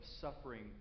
suffering